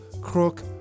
crook